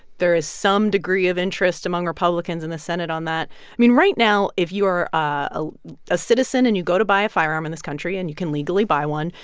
there is some degree of interest among republicans in the senate on that. i mean, right now, if you are ah a citizen, and you go to buy a firearm in this country, and you can legally buy one,